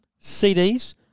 CDs